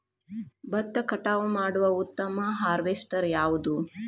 ಭತ್ತ ಕಟಾವು ಮಾಡುವ ಉತ್ತಮ ಹಾರ್ವೇಸ್ಟರ್ ಯಾವುದು?